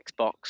xbox